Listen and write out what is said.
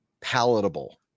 palatable